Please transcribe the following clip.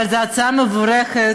אבל זאת הצעה מבורכת.